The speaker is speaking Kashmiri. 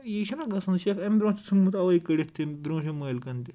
یٖی چھُنہ گژھان ژےٚ چھےٚ چھِ اتھ اَمہِ برونٛٹھ تہِ ژھُنمُت اَوٕے کٔڑِتھ تٔمۍ برٛونٛہِم مٲلکَن تہِ